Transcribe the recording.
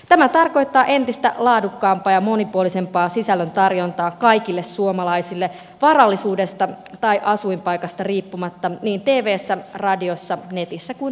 tämä tarkoittaa entistä laadukkaampaa ja monipuolisempaa sisällön tarjontaa kaikille suomalaisille varallisuudesta tai asuinpaikasta riippumatta niin tvssä radiossa netissä kuin matkapuhelimessakin